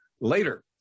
later